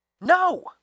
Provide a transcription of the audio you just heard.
No